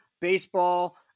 baseball